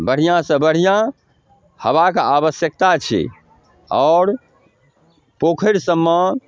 बढ़िआँसँ बढ़िआँ हवाके आवश्यकता छै आओर पोखरि सबमे